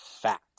fact